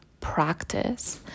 practice